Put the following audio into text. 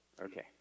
Okay